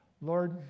Lord